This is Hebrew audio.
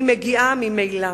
היא מגיעה ממילא.